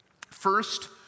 First